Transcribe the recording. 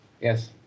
yes